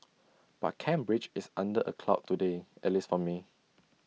but Cambridge is under A cloud today at least for me